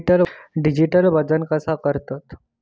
Digital वजन कसा करतत?